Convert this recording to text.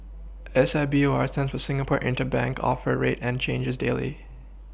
S I B O R stands for Singapore interbank offer rate and changes daily